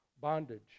Bondage